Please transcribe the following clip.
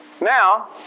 Now